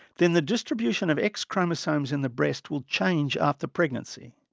then the distribution of x chromosomes in the breast will change after pregnancy,